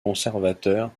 conservateur